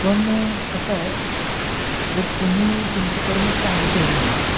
पण कसं आहे जर तुम्ही तुमचे कर्मच चांगले ठेवली नाहीत